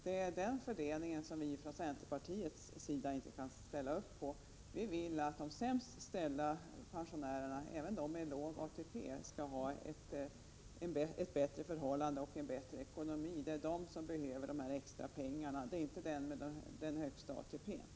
Det är den fördelningen som vi i centerpartiet inte kan ställa upp på. Vi vill att de sämst ställda pensionärerna, även de med låg ATP, skall få förbättrade förhållanden och en bättre ekonomi. Det är de som behöver extra pengar, inte de som har den högsta ATP-pensionen.